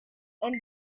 and